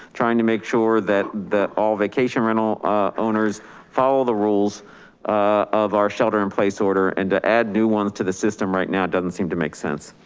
trying to make sure that all vacation rental owners follow the rules of our shelter in place order and add new ones to the system right now doesn't seem to make sense.